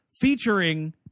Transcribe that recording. featuring